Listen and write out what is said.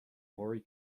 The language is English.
maury